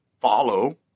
follow